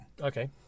Okay